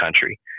country